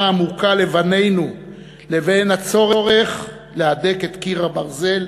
העמוקה לבנינו לבין הצורך להדק את קיר הברזל